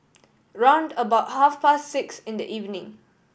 round about half past six in the evening